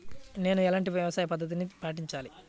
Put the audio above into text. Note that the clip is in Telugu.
నేను ఎలాంటి వ్యవసాయ పద్ధతిని పాటించాలి?